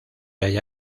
halla